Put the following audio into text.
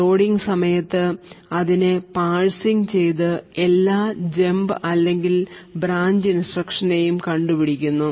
loading സമയത്ത് അതിനെ parsing ചെയ്തു എല്ലാം ജമ്പ് അല്ലെങ്കിൽ ബ്രാഞ്ച് ഇൻസ്ട്രക്ഷനേയും കണ്ടുപിടിക്കുന്നു